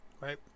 Right